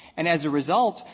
and as a result,